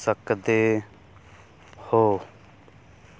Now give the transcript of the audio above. ਸਕਦੇ ਹੋ